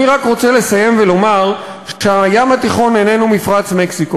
אני רק רוצה לסיים ולומר שהים התיכון איננו מפרץ מקסיקו,